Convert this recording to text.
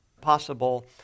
possible